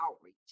outreach